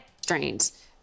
Strains